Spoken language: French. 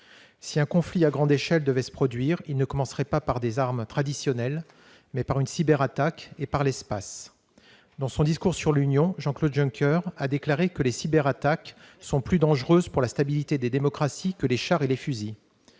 Si un conflit à grande échelle devait se produire, il ne commencerait pas par la mise en oeuvre d'armes traditionnelles, mais par une cyberattaque et par l'espace. Dans son discours sur l'état de l'Union européenne, Jean-Claude Juncker a déclaré que les cyberattaques sont plus dangereuses pour la stabilité des démocraties que les chars et les fusils.